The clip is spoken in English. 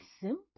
simple